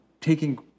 taking